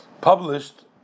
published